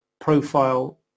profile